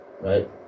Right